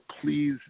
please